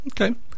Okay